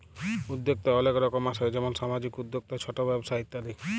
উদ্যক্তা অলেক রকম আসে যেমল সামাজিক উদ্যক্তা, ছট ব্যবসা ইত্যাদি